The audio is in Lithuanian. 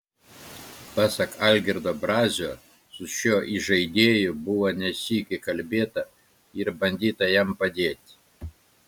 pasak algirdo brazio su šiuo įžaidėju buvo ne sykį kalbėta ir bandyta jam padėti